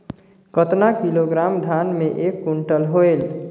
कतना किलोग्राम धान मे एक कुंटल होयल?